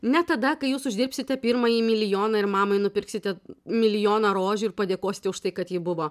ne tada kai jūs uždirbsite pirmąjį milijoną ir mamai nupirksite milijoną rožių ir padėkosite už tai kad ji buvo